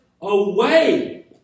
away